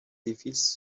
defeats